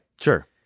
Sure